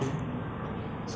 whether or not we know each other